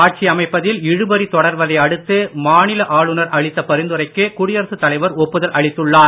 ஆட்சி அமைப்பதில் இழுபறி தொடர்வதை அடுத்து மாநில ஆளுனர் அளித்த பரிந்துரைக்கு குடியரசுத் தலைவர் ஒப்புதல் அளித்துள்ளார்